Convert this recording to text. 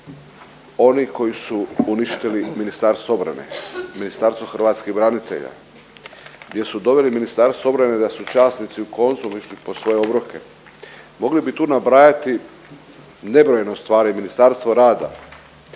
oni koji su uništili Ministarstvo obrane, Ministarstvo hrvatskih branitelja gdje su doveli Ministarstvo obrane da su časnici u Konzum išli po svoje obroke, mogli bi tu nabrajati nebrojeno stvari, Ministarstvo rada.